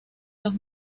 los